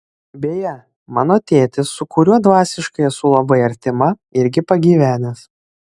beje mano tėtis su kuriuo dvasiškai esu labai artima irgi pagyvenęs